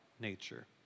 nature